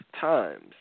times